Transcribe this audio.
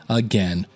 again